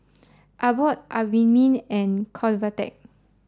Abbott Obimin and Convatec